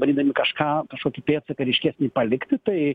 bandydami kažką kažkokį pėdsaką ryškesnį palikti tai